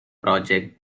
project